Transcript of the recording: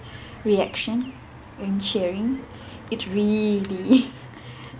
reaction and cheering it really